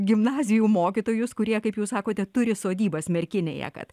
gimnazijų mokytojus kurie kaip jūs sakote turi sodybas merkinėje kad